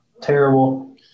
terrible